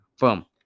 boom